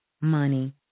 money